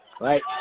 right